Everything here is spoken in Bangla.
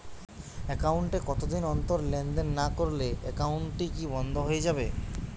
একাউন্ট এ কতদিন অন্তর লেনদেন না করলে একাউন্টটি কি বন্ধ হয়ে যাবে?